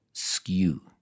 skew